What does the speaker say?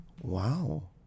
Wow